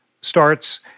starts